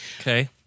okay